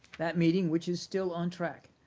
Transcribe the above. that meeting, which is still on track,